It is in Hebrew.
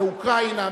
מאוקראינה,